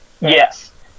Yes